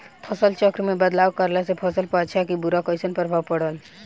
फसल चक्र मे बदलाव करला से फसल पर अच्छा की बुरा कैसन प्रभाव पड़ी?